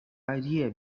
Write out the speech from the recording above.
idea